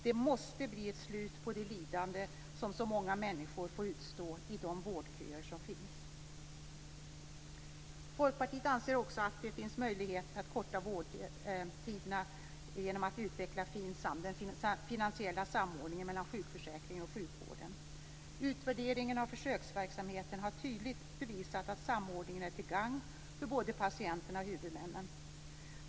Det måste bli ett slut på det lidande som så många människor får utstå i de vårdköer som finns. Folkpartiet anser också att det finns möjlighet att korta vårdtiderna genom att utveckla FINSAM, den finansiella samordningen mellan sjukförsäkringen och sjukvården. Utvärderingen av försöksverksamheten har tydligt bevisat att samordningen är till gagn för både patienter och huvudmän.